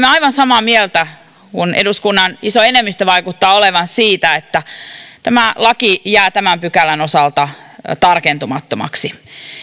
aivan samaa mieltä kuin eduskunnan iso enemmistö vaikuttaa olevan siitä että tämä laki jää tämän pykälän osalta tarkentumattomaksi